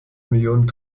millionen